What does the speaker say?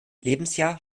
lebensjahr